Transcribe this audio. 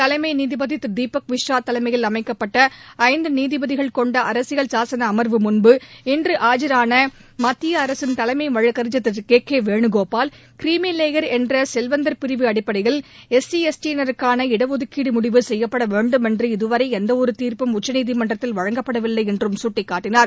தலைமை நீதிபதி திரு தீபக் மிஸ்ரா தலைமையில் அமைக்கப்பட்ட ஐந்து நீதிபதிகள் கொண்ட அரசியல் சாசள அமர்வு முன்பு இன்று ஆஜரான மத்திய அரசின் தலைமை வழக்கறிஞர் திரு கே கே வேணகோபால் கிரிமிலேயர் என்ற செல்வந்தர் பிரிவு அடிப்படையில் எஸ்சி எஸ்டியினருக்கான இடதுக்கீடு முடிவு செய்யப்படவேண்டும் என்று இதுவரை எந்த ஒரு தீர்ப்பும் உச்சநீதிமன்றத்தில் வழங்கப்படவில்லை என்றும் சுட்டிக்காட்டினார்